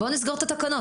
בוא נסגור את העניין הזה.